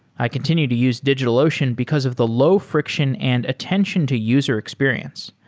i continue to use digitalocean because of the low friction and attention to user experience.